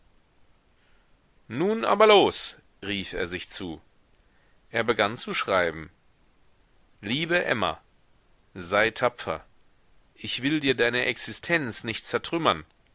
nun aber los rief er sich zu er begann zu schreiben liebe emma sei tapfer ich will dir deine existenz nicht zertrümmern